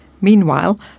Meanwhile